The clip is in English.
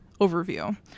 overview